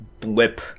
blip